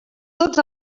tots